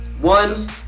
One